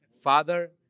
Father